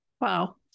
Wow